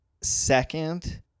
Second